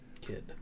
Kid